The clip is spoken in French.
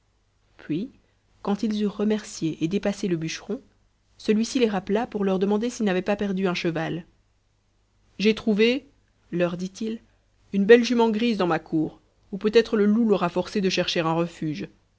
puis quand ils eurent remercié et dépassé le bûcheron celuici les rappela pour leur demander s'ils n'avaient pas perdu un cheval j'ai trouvé leur dit-il une belle jument grise dans ma cour où peut-être le loup l'aura forcée de chercher un refuge